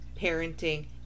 parenting